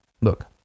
Look